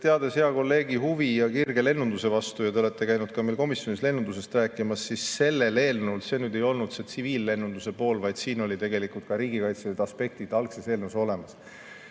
Teades hea kolleegi huvi ja kirge lennunduse vastu – te olete käinud ka meil komisjonis lennundusest rääkimas –, ütlen, et selle eelnõu puhul see ei olnud tsiviillennunduse pool, vaid siin olid tegelikult ka riigikaitselised aspektid algses eelnõus olemas.